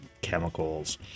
chemicals